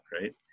Right